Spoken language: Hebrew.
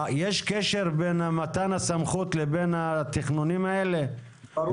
יש קשר בין מתן הסמכות לבין התכנונים האלה או